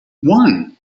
one